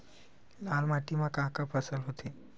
लाल माटी म का का फसल होथे?